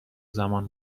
زمان